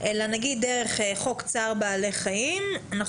אלא נגיד דרך חוק צער בעלי חיים אנחנו